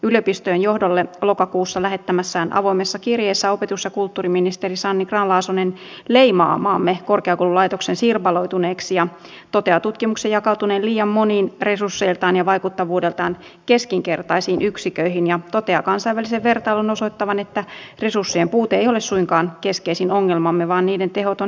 yliopistojen johdolle lokakuussa lähettämässään avoimessa kirjeessä opetus ja kulttuuriministeri sanni grahn laasonen leimaa maamme korkeakoululaitoksen sirpaloituneeksi ja toteaa tutkimuksen jakautuneen liian moniin resursseiltaan ja vaikuttavuudeltaan keskinkertaisiin yksiköihin ja toteaa kansainvälisen vertailun osoittavan että resurssien puute ei ole suinkaan keskeisin ongelmamme vaan niiden tehoton hyödyntäminen